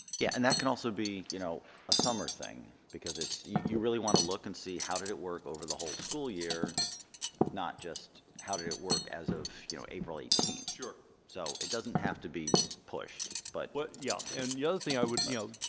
yeah and that can also be you know a summer thing because it's you really want to look and see how did it work over the whole school year not just how did it work as of you know april eighteen sure so it doesn't have to be pushed but. what yeah and the other thing i would you know